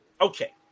okay